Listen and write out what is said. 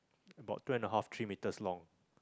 about two and a half three meters long